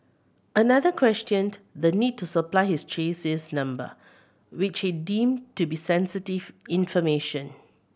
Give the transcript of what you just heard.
another questioned the need to supply his chassis number which he deemed to be sensitive information